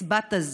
לקצבת הזקנה,